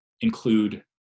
include